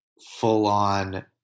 full-on